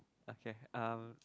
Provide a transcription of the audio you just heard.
okay um